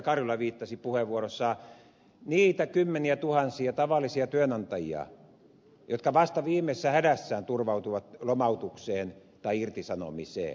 karjula viittasi puheenvuorossaan kymmeniätuhansia tavallisia työnantajia jotka vasta viimeisessä hädässään turvautuvat lomautukseen tai irtisanomiseen